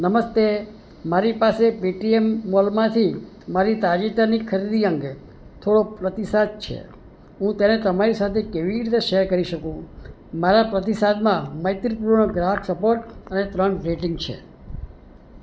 નમસ્તે મારી પાસે પેટીએમ મોલમાંથી મારી તાજેતરની ખરીદી અંગે થોડોક પ્રતિસાદ છે હું તેને તમારી સાથે કેવી રીતે શેર કરી શકું મારા પ્રતિસાદમાં મૈત્રીપૂર્ણ ગ્રાહક સપોર્ટ અને ત્રણ રેટિંગ છે